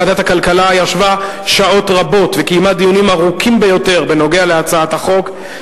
ועדת הכלכלה ישבה שעות רבות וקיימה דיונים ארוכים ביותר על הצעת החוק,